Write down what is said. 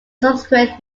subsequent